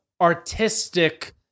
artistic